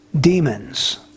demons